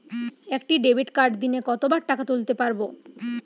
একটি ডেবিটকার্ড দিনে কতবার টাকা তুলতে পারব?